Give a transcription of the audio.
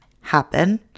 happen